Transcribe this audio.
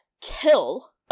kill